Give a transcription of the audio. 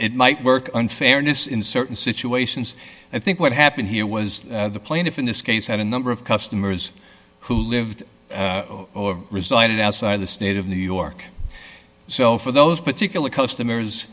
it might work unfairness in certain situations i think what happened here was the plaintiff in this case had a number of customers who lived or resided outside the state of new york so for those particular customers